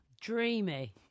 dreamy